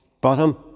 bottom